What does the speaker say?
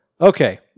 Okay